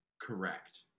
Correct